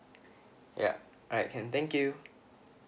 ya alright can thank you